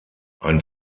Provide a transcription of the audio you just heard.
ein